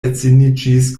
edziniĝis